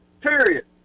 Period